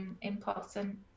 important